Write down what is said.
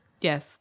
yes